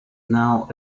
known